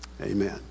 Amen